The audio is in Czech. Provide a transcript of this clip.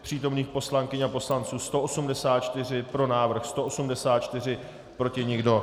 Přítomných poslankyň a poslanců 184, pro návrh 184, proti nikdo.